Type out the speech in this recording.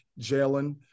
Jalen